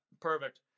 perfect